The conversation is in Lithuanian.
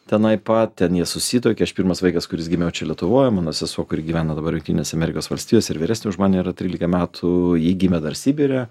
tenai pat ten jie susituokė aš pirmas vaikas kuris gimiau čia lietuvoje mano sesuo kuri gyveno dabar jungtinėse amerikos valstijose ir vyresnė už mane yra trylika metų ji gimė dar sibire